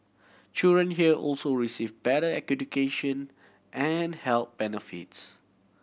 children here also receive better education and health benefits